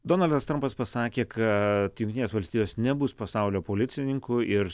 donaldas trampas pasakė kad jungtinės valstijos nebus pasaulio policininku ir